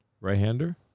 right-hander